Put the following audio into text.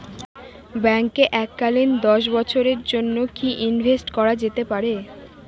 ব্যাঙ্কে এককালীন দশ বছরের জন্য কি ইনভেস্ট করা যেতে পারে?